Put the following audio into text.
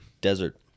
desert